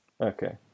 Okay